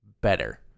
better